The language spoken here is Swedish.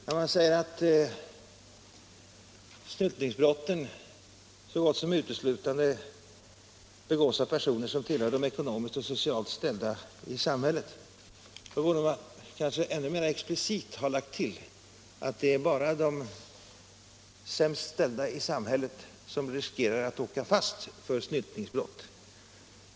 När man säger att snyltningsbrotten så gott som uteslutande begås av personer som hör till de ekonomiskt och socialt sämst ställda i samhället borde man kanske ännu mera explicit ha lagt till att det bara är de sämst ställda i samhället som riskerar att åka fast för snyltningsbrott.